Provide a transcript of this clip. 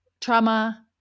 trauma